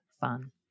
fun